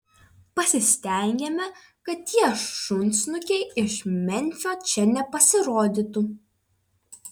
pasistengėme kad tie šunsnukiai iš memfio čia nepasirodytų